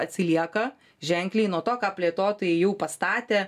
atsilieka ženkliai nuo to ką plėtotojai jų pastatė